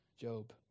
Job